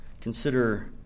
consider